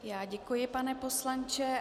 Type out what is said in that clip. Já děkuji, pane poslanče.